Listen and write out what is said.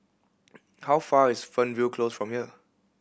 how far is Fernvale Close from here